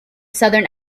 southern